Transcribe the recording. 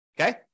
Okay